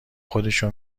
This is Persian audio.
خودشو